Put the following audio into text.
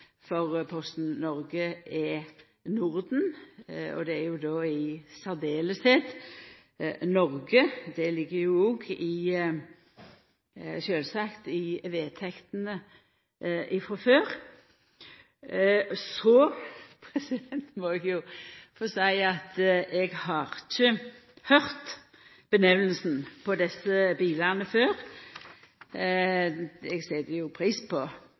for Posten Noreg er Norden, og særleg Noreg, noko som sjølvsagt ligg i vedtektene frå før. Eg har ikkje høyrt namnet på desse bilane før. Eg set pris på